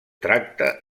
tracte